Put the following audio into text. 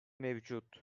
mevcut